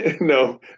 No